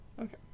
Okay